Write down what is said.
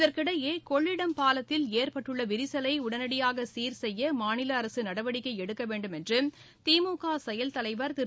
இதற்கிடையே கொள்ளிடம் பாலத்தில் ஏற்பட்டுள்ள விரிசலை உடனடியாக சீர்செய்ய மாநில அரசு நடவடிக்கை எடுக்க வேண்டும் என்று திமுக செயல் தலைவா் திரு